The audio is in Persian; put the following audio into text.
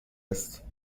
است